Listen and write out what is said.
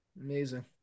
Amazing